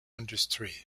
industry